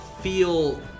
feel